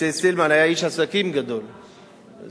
משה סילמן היה איש עסקים גדול והידרדר.